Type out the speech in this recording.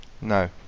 No